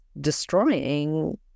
destroying